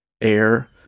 air